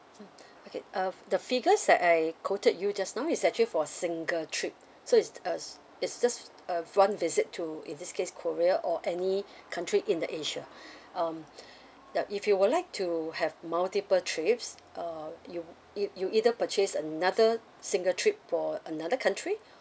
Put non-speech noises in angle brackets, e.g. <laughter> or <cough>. mm okay uh the figures that I quoted you just now is actually for a single trip so it's uh it's just a one visit to in this case korea or any country in the asia <breath> yup if you were like to have multiple trips uh you eit~ you either purchase another single trip for another country